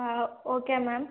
okay ma'am